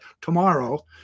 tomorrow